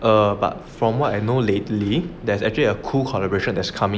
err but from what I know lately there's actually a cool collaboration that's coming